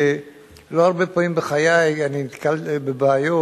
שלא הרבה פעמים בחיי אני נתקל בבעיות,